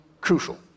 crucial